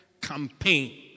campaign